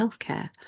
healthcare